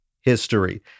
history